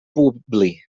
publi